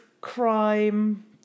crime